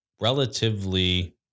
relatively